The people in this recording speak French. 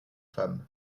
femmes